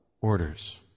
orders